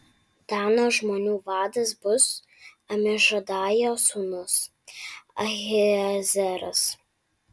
dano žmonių vadas bus amišadajo sūnus ahiezeras